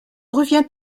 revient